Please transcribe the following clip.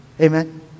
Amen